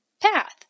path